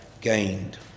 gained